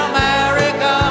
America